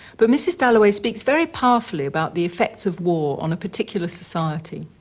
but mrs. dalloway speaks very powerfully about the effects of war on a particular society.